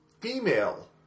female